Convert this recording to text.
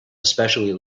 especially